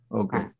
okay